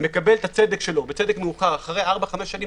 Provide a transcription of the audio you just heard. מקבל את הצדק שלו אחרי ארבע שנים,